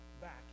back